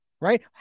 Right